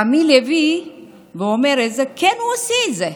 רמי לוי אומר שכן, הוא עושה את זה,